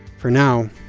for now,